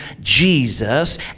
Jesus